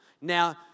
now